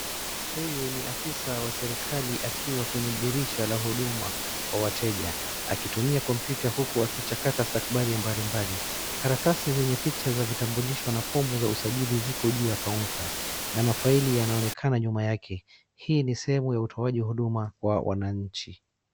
Huyu ni afisa wa serikali akiwa kwenye dirisha la huduma kwa wateja akitumia kompyuta huku akichakata stakabadhi mbalimbali. Karatasi zenye picha za kitambulisho na fungu za usajili ziko juu ya kaunta na mafaili yanaonekana nyuma yake. Hii ni sehemu ya utoaji huduma kwa wananchi.